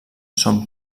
són